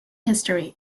history